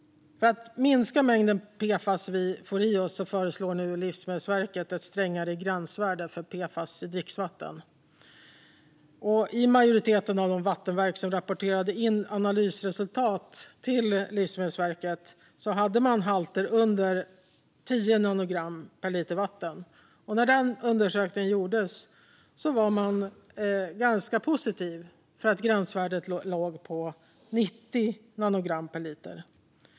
För att minska mängden PFAS vi får i oss föreslår nu Livsmedelsverket ett strängare gränsvärde för PFAS i dricksvatten. I majoriteten av de vattenverk som rapporterade in analysresultat till Livsmedelsverket hade man halter under 10 nanogram per liter vatten. När den undersökningen gjordes var man ganska positiv, eftersom gränsvärdet låg på 90 nanogram per liter.